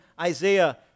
Isaiah